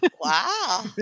Wow